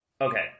Okay